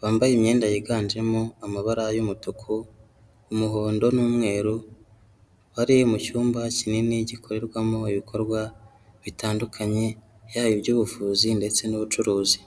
bambaye imyenda yiganjemo amabara y'umutuku, umuhondo n'umweru, bari mu cyumba kinini gikorerwamo ibikorwa bitandukanye, yaba iby'ubuvuzi ndetse n'ubucuruzi.